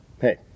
hey